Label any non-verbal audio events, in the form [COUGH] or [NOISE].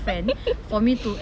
[NOISE]